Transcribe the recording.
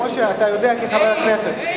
כמו שאתה יודע כחבר כנסת,